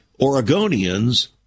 Oregonians